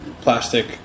plastic